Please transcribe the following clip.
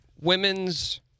Women's